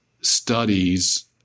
studies